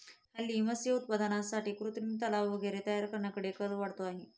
हल्ली मत्स्य उत्पादनासाठी कृत्रिम तलाव वगैरे तयार करण्याकडे कल वाढतो आहे